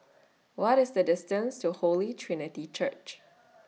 What IS The distance to Holy Trinity Church